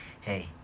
Hey